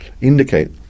indicate